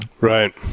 Right